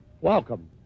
welcome